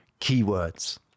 keywords